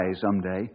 someday